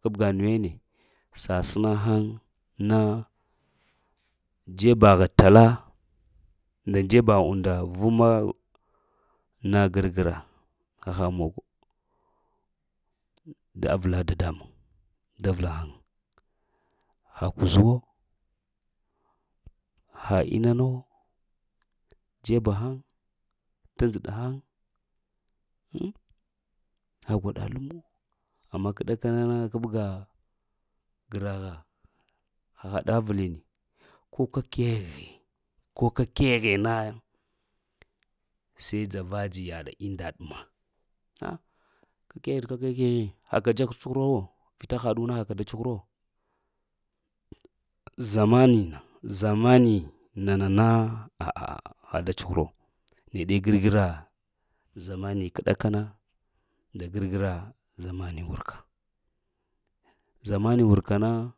kabga nuwe ne sasəna haŋ na dzeba na tala nda dzeba unda vəma na gr-gra, haha mogo, nda avla dadamuŋ, da vla haŋ, ha kuza wo, ha inna na wo, dzeb haŋ t’ njəɗa haŋ mmn ha gwaɗa lem wu, amma k’ ɗakana na kabga gra ha hahaɗ avle ni koka kehe, ko ka kehee na, se dzava-dza yaɗ ima ɗa ma a kakeh ko kakehi. Ha ka dzaha cuhura wo, vita hadu na haka da cuhura wo. Zamani na zamani na nana?? Na da cuhura wo. Nede gr-gra zaman k ɗaka nana nda z gr-gra zamani wurka zamani wurka na.